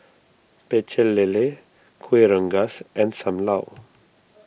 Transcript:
Pecel Lele Kueh Rengas and Sam Lau